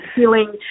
feeling